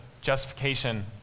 justification